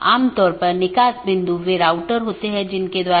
दो त्वरित अवधारणाऐ हैं एक है BGP एकत्रीकरण